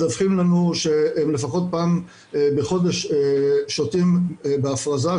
מדווחים לנו שהם לפחות פעם בחודש שותים בהפרזה,